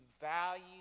value